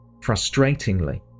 Frustratingly